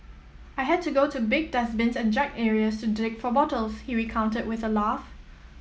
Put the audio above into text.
I had to go to big dustbins and junk areas to dig for bottles he recounted with a laugh